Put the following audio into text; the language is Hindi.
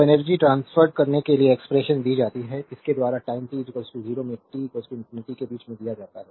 तो एनर्जी ट्रांस्फरेद करने के लिए एक्सप्रेशन दी जाती है इसके द्वारा टाइम टी 0 से टी इंफिनिटी के बीच में दिया जाता है